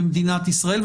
במדינת ישראל,